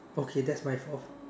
open that's my fourth